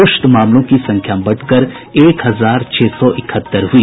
पुष्ट मामलों की संख्या बढ़कर एक हजार छह सौ इकहत्तर हुई